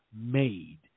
made